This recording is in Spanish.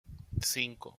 cinco